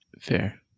Fair